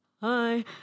Hi